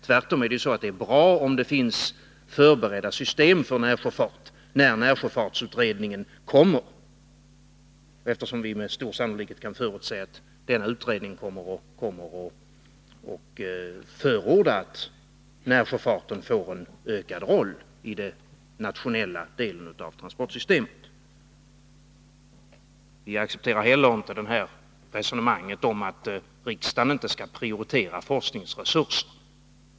Tvärtom är det bra om det finns förberedda system för närsjöfarten, när närsjöfartsutredningens betänkande kommer — eftersom vi med stor sannolikhet kan förutse att denna utredning kommer att förorda att närsjöfarten får en ökad roll i den nationella delen av transportsystemet. Vi accepterar inte heller resonemanget om att riksdagen inte skall prioritera forskningsresurser.